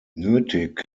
nötig